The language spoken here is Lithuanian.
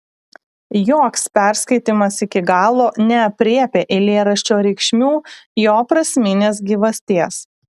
joks perskaitymas iki galo neaprėpia eilėraščio reikšmių jo prasminės gyvasties